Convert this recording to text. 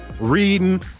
reading